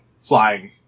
flying